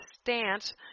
stance